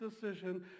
decision